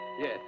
Yes